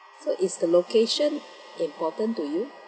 so is the location important to you